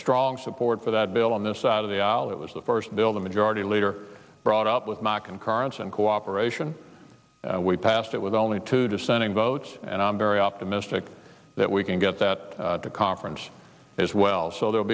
strong support for that bill on this side of the aisle it was the first bill the majority leader brought up with my concurrence and cooperation we passed it with only two dissenting votes and i'm very optimistic that we can get that to conference as well so there'll